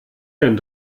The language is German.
denn